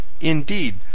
Indeed